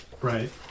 Right